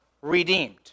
redeemed